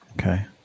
okay